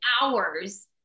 hours